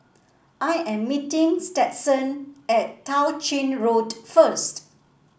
I am meeting Stetson at Tao Ching Road first